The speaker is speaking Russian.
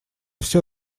всё